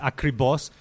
Akribos